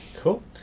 Cool